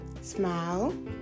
smile